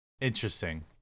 Interesting